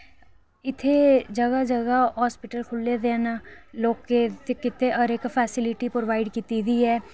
इत्थै जगह जगह हॉस्पिटल खु'ल्ले दे न लोकें गित्तै हर इक्क फैस्लिटी प्रोवाईड कीती दी ऐ